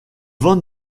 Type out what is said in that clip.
vent